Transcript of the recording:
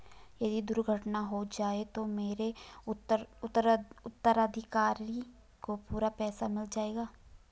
यदि दुर्घटना हो जाये तो मेरे उत्तराधिकारी को पूरा पैसा मिल जाएगा?